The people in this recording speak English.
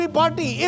party